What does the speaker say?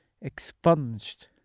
expunged